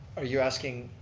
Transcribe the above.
are you asking